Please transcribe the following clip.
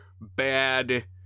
bad